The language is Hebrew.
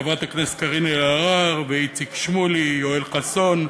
חברי הכנסת קארין אלהרר, איציק שמולי, יואל חסון,